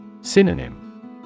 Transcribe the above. Synonym